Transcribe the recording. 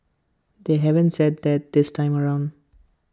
they haven't said that this time around